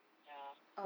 ya